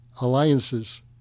alliances